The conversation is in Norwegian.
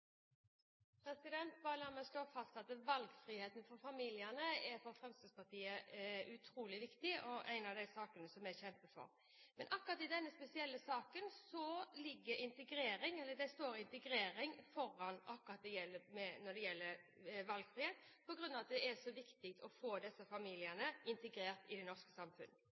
skyld. Bare la meg slå fast at valgfrihet for familiene er utrolig viktig for Fremskrittspartiet, og er en av de sakene vi kjemper for. Men akkurat i denne spesielle saken står integrering foran valgfrihet på grunn av at det er så viktig å få disse familiene integrert i det norske